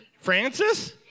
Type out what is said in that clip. Francis